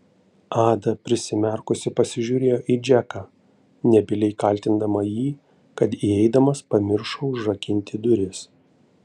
ada prisimerkusi pasižiūrėjo į džeką nebyliai kaltindama jį kad įeidamas pamiršo užrakinti duris